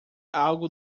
algo